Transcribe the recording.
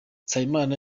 nsabimana